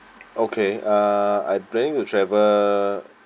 okay uh I planning to travel